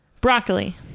Broccoli